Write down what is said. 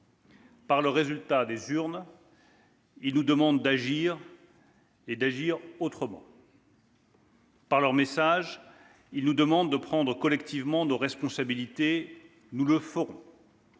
Par le résultat des urnes, ils nous demandent d'agir et d'agir autrement. Par leur message, ils nous demandent de prendre collectivement nos responsabilités. Nous le ferons.